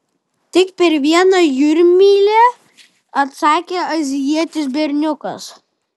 tik per vieną jūrmylę atsakė azijietis berniukas